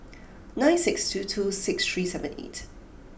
nine six two two six three seven eight